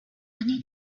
need